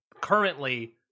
currently